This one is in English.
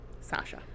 Sasha